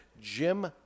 Jim